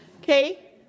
okay